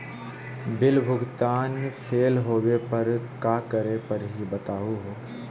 Bill भुगतान fail होवे पर का करै परही, बताहु हो?